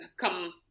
come